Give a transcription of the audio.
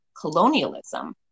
colonialism